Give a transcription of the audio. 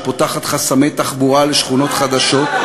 את תוכנית "נתיב לדירה" שפותחת חסמי תחבורה לשכונות חדשות,